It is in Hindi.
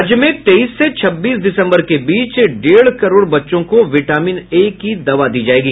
राज्य में तेईस से छब्बीस दिसंबर के बीच डेढ़ करोड़ बच्चों को विटामिन ए की दवा दी जायेगी